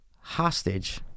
hostage